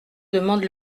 demande